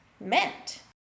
meant